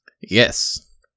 Yes